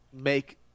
make